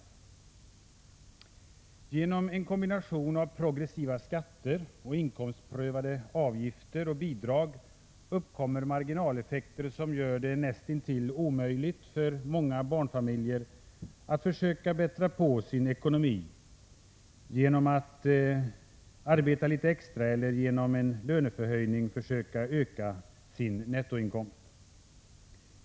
Genom en kombination av progressiva skatter och inkomstprövade avgifter och bidrag uppkommer marginaleffekter som gör det näst intill omöjligt för många barnfamiljer att bättra på sin ekonomi genom att arbeta litet extra eller genom en löneförhöjning försöka öka sin nettoinkomst.